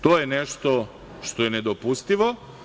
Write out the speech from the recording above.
To je nešto što je nedopustivo.